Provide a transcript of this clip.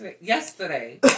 yesterday